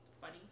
Funny